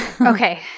Okay